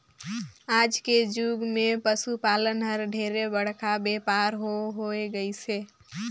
आज के जुग मे पसु पालन हर ढेरे बड़का बेपार हो होय गईस हे